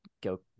go